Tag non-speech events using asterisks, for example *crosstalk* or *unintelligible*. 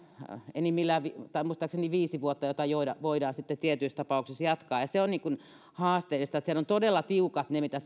enimmillään tai muistaakseni viisi vuotta jota voidaan sitten tietyissä tapauksissa jatkaa ja se on niin kuin haaste siellä on todella tiukat ne mitä *unintelligible*